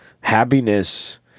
Happiness